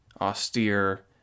austere